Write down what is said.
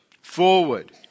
forward